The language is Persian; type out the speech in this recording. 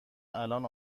الان